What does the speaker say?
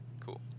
Cool